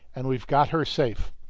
and we've got her safe.